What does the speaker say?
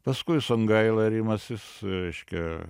paskui songaila rimas jis reiškia